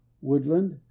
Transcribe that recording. Woodland